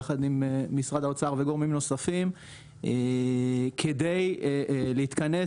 יחד עם משרד האוצר וגורמים נוספים כדי להתכנס